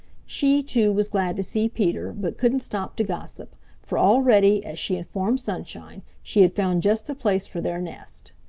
she too was glad to see peter but couldn't stop to gossip, for already, as she informed sunshine, she had found just the place for their nest.